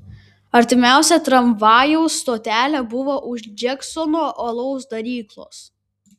artimiausia tramvajaus stotelė buvo už džeksono alaus daryklos